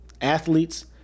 athletes